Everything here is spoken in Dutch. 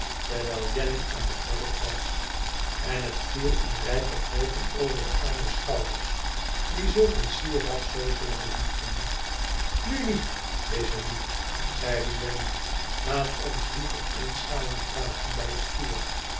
terwijl jenny aan het werk was en het viel in rijke golven over de arme schouders die zulk een sieraad zoozeer behoefden nu niet lize lief zeide jenny laat ons liever eens samen praten bij het vuur